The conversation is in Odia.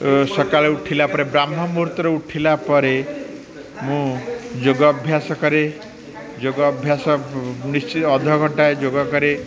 ସକାଳେ ଉଠିଲା ପରେ ବ୍ରାହ୍ମମୁହୂର୍ତ୍ତରେ ଉଠିଲା ପରେ ମୁଁ ଯୋଗ ଅଭ୍ୟାସ କରେ ଯୋଗ ଅଭ୍ୟାସ ନିଶ୍ଚ ଅଧଘଣ୍ଟାଏ ଯୋଗ କରେ